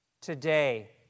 today